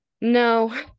No